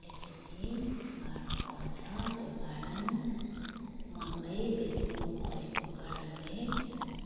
अलिकति गाह्रो पर्छ त्यो कारण महँगै बेच्नुपरेको कारणले